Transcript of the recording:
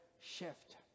shift